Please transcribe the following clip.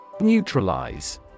Neutralize